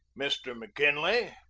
mr. mckinley,